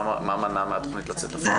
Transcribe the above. מה מנע מהתוכנית לצאת לפועל?